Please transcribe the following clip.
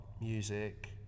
music